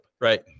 right